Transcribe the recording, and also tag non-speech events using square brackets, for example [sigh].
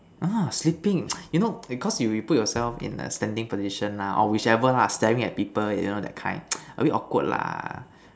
ah sleeping [noise] you know because if you put yourself in a standing position lah or whichever lah staring at people you know that kind [noise] a bit awkward lah